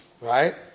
right